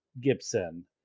Gibson